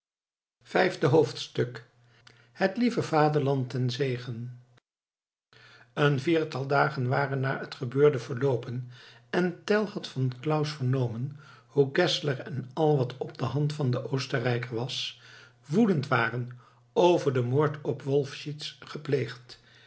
vijfde hoofdstuk het lieve vaderland ten zegen een viertal dagen waren na het gebeurde verloopen en tell had van claus vernomen hoe geszler en al wat op de hand van den oostenrijker was woedend waren over den moord op wolfenschiez gepleegd